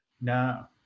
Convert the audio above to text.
No